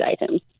items